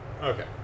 Okay